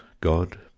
god